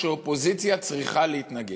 שאופוזיציה צריכה להתנגד.